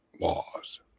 laws